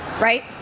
right